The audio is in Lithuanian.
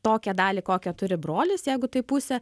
tokią dalį kokią turi brolis jeigu tai pusė